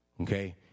Okay